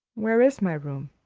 where is my room?